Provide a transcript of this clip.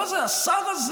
מה זה, השר הזה